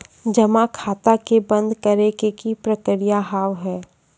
जमा खाता के बंद करे के की प्रक्रिया हाव हाय?